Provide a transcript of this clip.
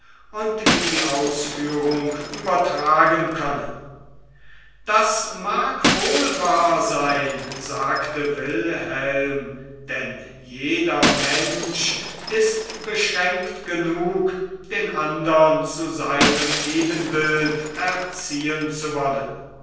und in die ausführung übertragen können das mag wohl wahr sein sagte wilhelm denn jeder mensch ist beschränkt genug den andern zu seinem ebenbild erziehen zu wollen